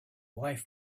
wife